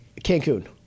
cancun